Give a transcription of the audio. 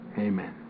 Amen